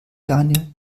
daniel